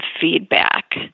feedback